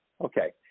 Okay